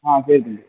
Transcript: ஆ சரி தம்பி